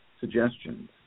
suggestions